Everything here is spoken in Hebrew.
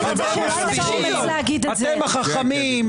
אתם החכמים,